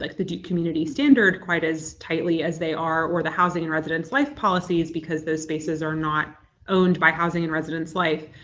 like the duke community standard quite as tightly as they are or the housing and residence life policies because those spaces are not owned by housing and residence life.